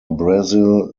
brasil